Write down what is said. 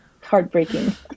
Heartbreaking